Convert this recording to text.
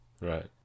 Right